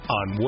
on